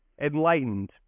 enlightened